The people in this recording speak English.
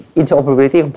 interoperability